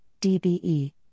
DBE